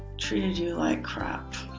treated you like crap.